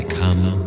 come